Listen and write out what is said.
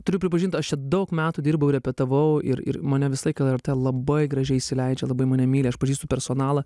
turiu pripažint aš čia daug metų dirbau repetavau ir ir mane visą laiką lrt labai gražiai įsileidžia labai mane myli aš pažįstu personalą